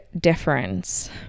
difference